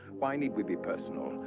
why need we be personal?